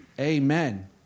Amen